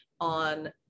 on